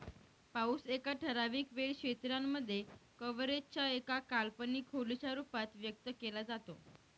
पाऊस एका ठराविक वेळ क्षेत्रांमध्ये, कव्हरेज च्या एका काल्पनिक खोलीच्या रूपात व्यक्त केला जातो